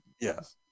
Yes